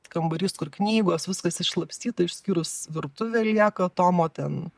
kambarys kur knygos viskas išslapstyta išskyrus virtuvė lieka tomo ten